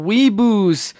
Weeboos